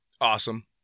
Awesome